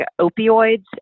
opioids